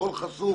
הכול חשוף